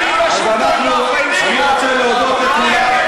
אני רוצה להודות לכולם.